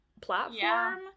platform